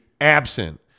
absent